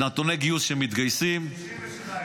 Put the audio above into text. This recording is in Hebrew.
שנתוני גיוס שמתגייסים -- 62.